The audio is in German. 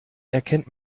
erkennt